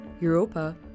Europa